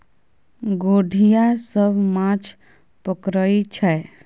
गोढ़िया सब माछ पकरई छै